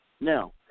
Now